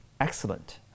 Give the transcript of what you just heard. excellent